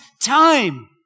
time